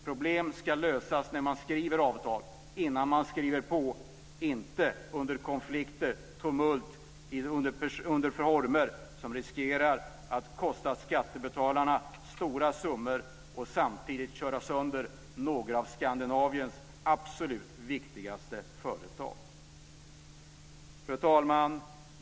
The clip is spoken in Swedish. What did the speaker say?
Problem ska lösas när man skriver avtal - innan man skriver på, inte under konflikter och i tumultartade former som riskerar att kosta skattebetalarna stora summor och samtidigt köra sönder några av Skandinaviens absolut viktigaste företag. Fru talman!